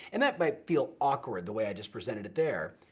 and that might feel awkward, the way i just presented it there,